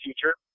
future